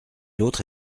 l’autre